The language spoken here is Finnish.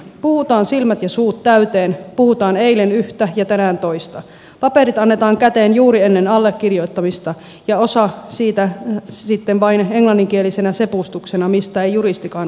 puhutaan silmät ja suut täyteen puhutaan eilen yhtä ja tänään toista paperit annetaan käteen juuri ennen allekirjoittamista ja osa siitä sitten vain englanninkielisenä sepustuksena mistä ei juristikaan ota selvää